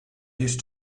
used